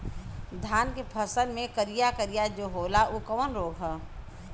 धान के फसल मे करिया करिया जो होला ऊ कवन रोग ह?